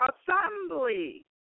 assembly